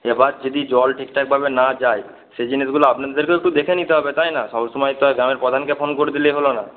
এবার যদি জল ঠিকঠাকভাবে না যায় সেই জিনিসগুলো আপনাদেরকেও একটু দেখে নিতে হবে তাই না সবসময় তো আর গ্রামের প্রধানকে ফোন করে দিলেই হলো না